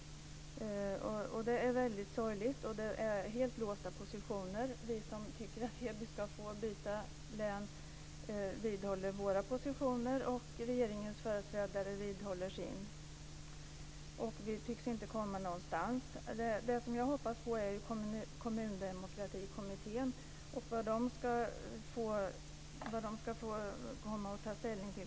Det är väldigt sorgligt, och det är helt låsta positioner. Vi som tycker att Heby ska få byta län vidhåller våra positioner, och regeringens företrädare vidhåller sina. Vi tycks inte komma någonstans. Det jag hoppas på är Kommundemokratikommittén och vad de ska få komma att ta ställning till så småningom.